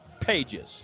pages